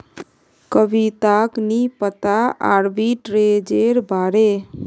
कविताक नी पता आर्बिट्रेजेर बारे